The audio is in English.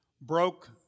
broke